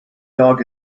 dog